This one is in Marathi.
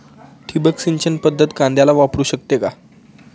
ठिबक सिंचन पद्धत कांद्याला वापरू शकते का?